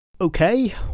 Okay